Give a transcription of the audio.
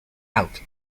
out